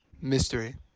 mystery